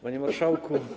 Panie Marszałku!